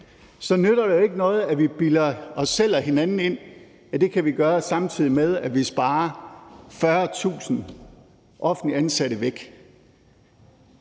så nytter det jo ikke noget, at vi bilder os selv og hinanden ind, at vi kan gøre det, samtidig med at vi sparer 40.000 offentligt ansatte væk.